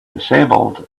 disabled